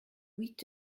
huit